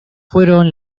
fueron